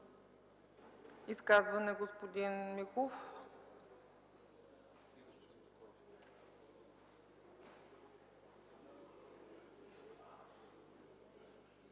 изказване, господин Миков.